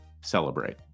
celebrate